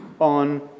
on